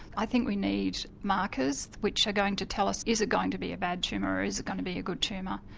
i think we need markers which are going to tell us, is it going to be a bad tumour or is it going to be a good tumour.